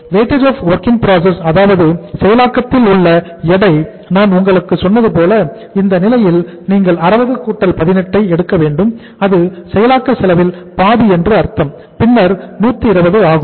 weightage of work in process அதாவது செயலாக்கத்தில் உள்ள எடை நான் உங்களுக்கு சொன்னது போல இந்த நிலையில் நீங்கள் 60 18 எடுக்க வேண்டும் அது செயலாக்க செலவில் பாதி என்று அர்த்தம் பின்னர் 120 ஆகும்